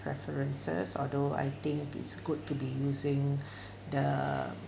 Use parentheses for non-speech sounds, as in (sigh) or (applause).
preferences although I think it's good to be using (breath) the